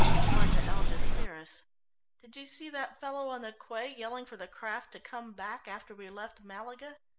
nor to algeciras. did you see that fellow on the quay yelling for the craft to come back after we left malaga?